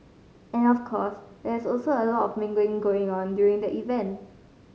and of course there is also a lot of mingling going on during the event